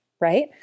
right